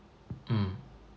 mm